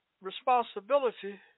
responsibility